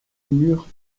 mur